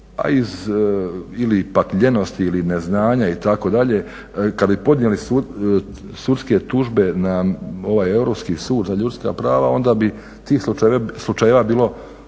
ili pak lijenosti ili neznanja itd. kad bi podnijeli sudske tužbe na ovaj Europski sud za ljudska prava onda bi ti slučajeva bilo možda